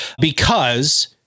because-